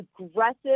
aggressive